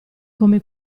come